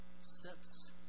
sets